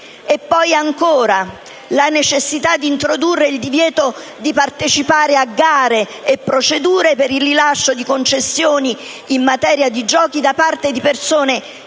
nonché sulla necessità di introdurre il divieto di partecipazione a gare e procedure per il rilascio di concessioni in materia di giochi da parte di persone fisiche